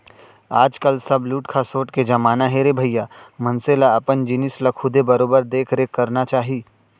आज काल सब लूट खसोट के जमाना हे रे भइया मनसे ल अपन जिनिस ल खुदे बरोबर देख रेख करना चाही